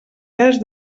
cas